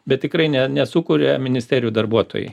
bet tikrai ne nesukuria ministerijų darbuotojai